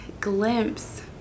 glimpse